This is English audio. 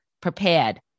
prepared